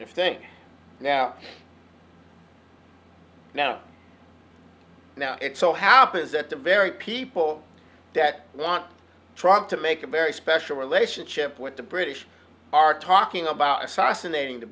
of thing now now now it so happens that the very people that want tried to make a very special relationship with the british are talking about assassinating t